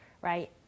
Right